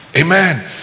Amen